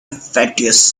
fatuous